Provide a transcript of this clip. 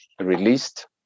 released